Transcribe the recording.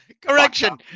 Correction